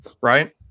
right